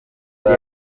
yari